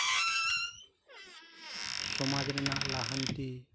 ᱥᱚᱢᱟᱡᱽ ᱨᱮᱱᱟᱜ ᱞᱟᱦᱟᱱᱛᱤ